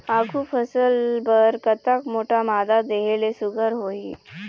आलू फसल बर कतक मोटा मादा देहे ले सुघ्घर होही?